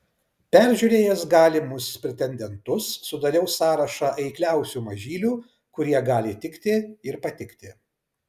peržiūrėjęs galimus pretendentus sudariau sąrašą eikliausių mažylių kurie gali tikti ir patikti